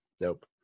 Nope